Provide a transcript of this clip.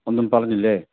ഒന്നും പറഞ്ഞില്ലേ